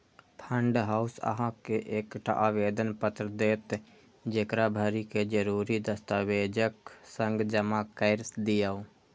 fund house अहां के एकटा आवेदन पत्र देत, जेकरा भरि कें जरूरी दस्तावेजक संग जमा कैर दियौ